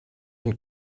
and